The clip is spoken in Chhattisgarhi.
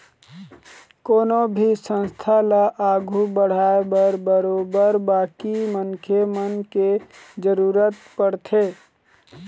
कोनो भी संस्था ल आघू बढ़ाय बर बरोबर बाकी मनखे मन के जरुरत पड़थे